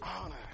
honor